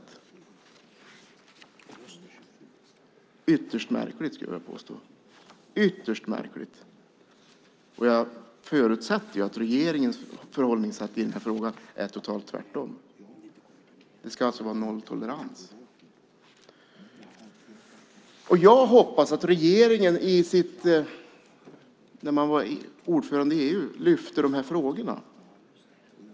Det är ytterst märkligt, skulle jag vilja påstå. Jag förutsätter att regeringens förhållningssätt i frågan är det totalt motsatta. Det ska vara nolltolerans. Jag hoppas att regeringen lyfte fram de här frågorna när Sverige var ordförande i EU.